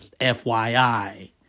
FYI